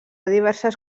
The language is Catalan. diverses